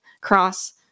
cross